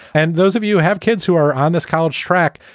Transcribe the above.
and those of you have kids who are on this college track.